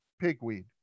pigweed